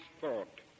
thought